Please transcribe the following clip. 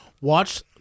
watch